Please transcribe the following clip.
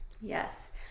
Yes